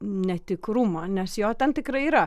netikrumą nes jo ten tikrai yra